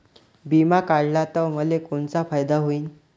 बिमा काढला त मले कोनचा फायदा होईन?